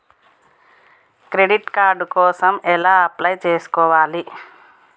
Credit card కోసం ఎలా apply చేసుకోవాలి?